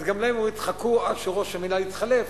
אז גם להם אומרים: חכו עד שראש המינהל יתחלף,